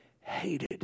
hated